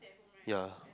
ya